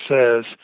says